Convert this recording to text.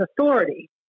authority